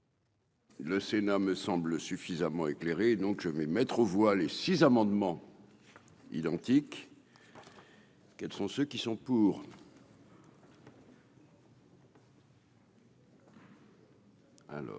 Le Sénat me semble suffisamment éclairé, donc je vais mettre aux voix, les 6 amendements identiques. Quels sont ceux qui sont pour. Alors.